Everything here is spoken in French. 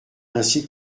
ainsi